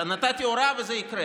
שנתתי הוראה וזה יקרה,